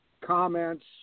comments